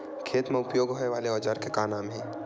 खेत मा उपयोग होए वाले औजार के का नाम हे?